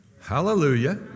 Hallelujah